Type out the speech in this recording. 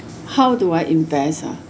how do I invest ah